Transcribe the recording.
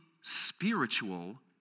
spiritual